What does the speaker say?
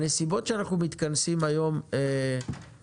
הנסיבות שאנחנו מתכנסים היום נובעות